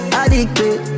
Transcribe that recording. addicted